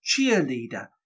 cheerleader